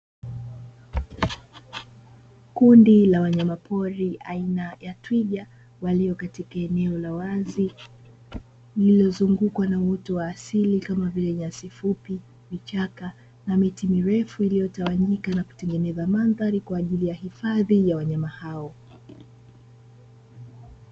Kundi la wanyamapori aina ya twiga, walio katika eneo la wazi lililozungukwa na uwoto wa asili kama vile nyasi fupi vichaka na miti mirefu, iliyotawanyika na kutengeneza mandhari kwa ajili ya hifadhi ya wanyama hao